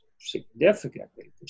significantly